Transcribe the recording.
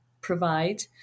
provide